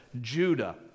Judah